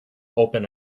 open